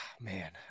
man